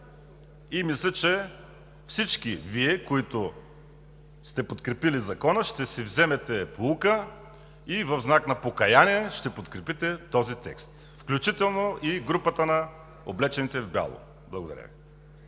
Мисля, че всички Вие, които сте подкрепили Закона, ще си вземете поука и в знак на покаяние ще подкрепите този тест, включително и групата на облечените в бяло. Благодаря.